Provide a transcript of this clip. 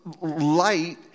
light